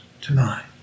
tonight